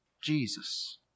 Jesus